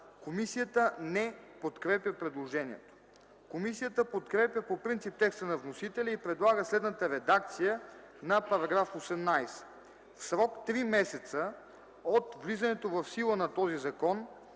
Комисията не подкрепя предложението. Комисията подкрепя по принцип текста на вносителя и предлага следната редакция на § 18: „§ 18. В срок 3 месеца от влизането в сила на този закон